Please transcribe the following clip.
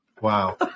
Wow